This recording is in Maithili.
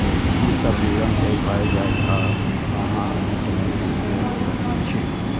ई सब विवरण सेव भए जायत आ अहां नेट बैंकिंग कैर सकै छी